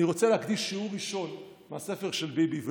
אני רוצה להקדיש שיעור ראשון מהספר של ביבי ולומר: